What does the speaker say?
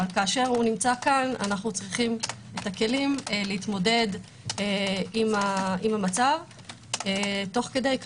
אבל כשהוא כאן אנו צריכים את הכלים להתמודד עם המצב תוך כדי.